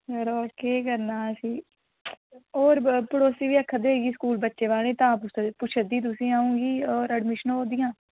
यरो केह् करना फ्ही होर पड़ोसी बी आक्खा दे हे कि स्कूल बच्चे पाने तां पुच्छा दी ही तुसेंगी अ'ऊं कि होर एडमिशनां होआ दियां